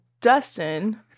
Dustin